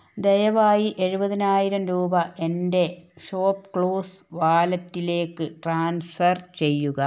ദയവായി എഴുപതിനായിരം രൂപ എൻ്റെ ഷോപ്പ്ക്ലൂസ് വാലറ്റിലേക്ക് ട്രാൻസ്ഫർ ചെയ്യുക